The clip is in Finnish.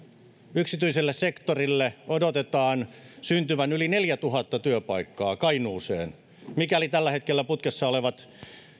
yksityiselle sektorille odotetaan syntyvän yli neljätuhatta työpaikkaa mikäli tällä hetkellä putkessa olevat